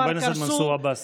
חבר הכנסת מנסור עבאס,